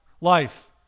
life